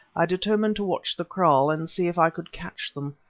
i determined to watch the kraal and see if i could catch them.